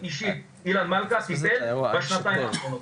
אישית, אילן מלכה, טיפלתי בהם בשנתיים האחרונות.